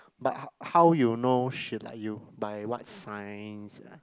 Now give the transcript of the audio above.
but how how you know she like you by what signs